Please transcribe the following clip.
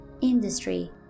Industry